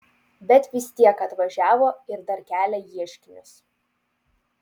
bet vis tiek atvažiavo ir dar kelia ieškinius